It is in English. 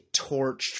torched